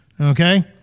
Okay